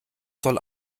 soll